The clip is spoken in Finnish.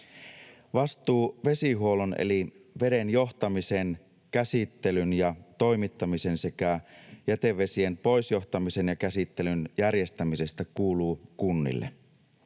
Vastuu vesihuollon eli veden johtamisen, käsittelyn ja toimittamisen sekä jätevesien poisjohtamisen ja käsittelyn järjestämisestä kuuluu kunnille.